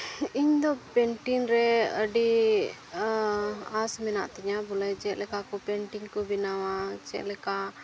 ᱤᱧᱫᱚ ᱯᱮᱱᱴᱤᱝ ᱨᱮ ᱟᱹᱰᱤ ᱟᱥ ᱢᱮᱱᱟᱜ ᱛᱤᱧᱟ ᱵᱚᱞᱮ ᱪᱮᱫ ᱞᱮᱠᱟ ᱠᱚ ᱯᱮᱱᱴᱤᱝ ᱠᱚ ᱵᱮᱱᱟᱣᱟ ᱪᱮᱫ ᱞᱮᱠᱟ